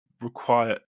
require